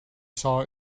saw